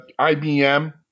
IBM